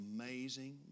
amazing